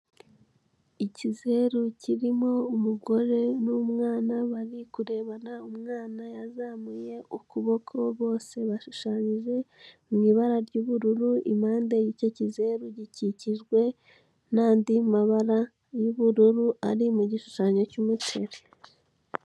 Ikizeru kirimo umugore n'umwana, bari kurebana umwana yazamuye ukuboko, bose bashushanyije mu ibara ry'ubururu, impande y'icyo kizeru, gikikijwe n'andi mabara y'ubururu, ari mu gishushanyo cy'umuceri.